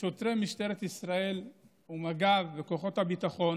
שוטרי משטרת ישראל ומג"ב וכוחות הביטחון